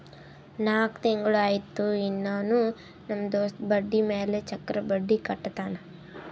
ನಾಕ್ ತಿಂಗುಳ ಆಯ್ತು ಇನ್ನಾನೂ ನಮ್ ದೋಸ್ತ ಬಡ್ಡಿ ಮ್ಯಾಲ ಚಕ್ರ ಬಡ್ಡಿ ಕಟ್ಟತಾನ್